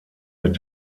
mit